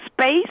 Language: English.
space